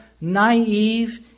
naive